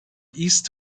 east